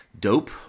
dope